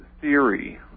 theory